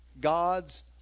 God's